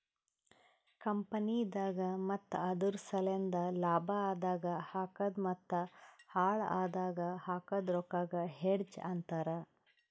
ಕಂಪನಿದಾಗ್ ಮತ್ತ ಅದುರ್ ಸಲೆಂದ್ ಲಾಭ ಆದಾಗ್ ಹಾಕದ್ ಮತ್ತ ಹಾಳ್ ಆದಾಗ್ ಹಾಕದ್ ರೊಕ್ಕಾಗ ಹೆಡ್ಜ್ ಅಂತರ್